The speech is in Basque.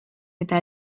eta